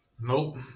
Nope